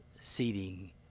seating